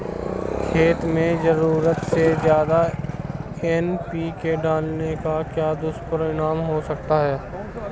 खेत में ज़रूरत से ज्यादा एन.पी.के डालने का क्या दुष्परिणाम हो सकता है?